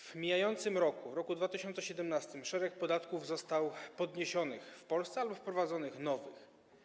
W mijającym roku, w roku 2017, szereg podatków zostało podniesionych w Polsce albo wprowadzono nowe.